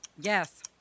Yes